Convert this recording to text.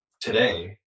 today